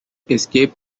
escape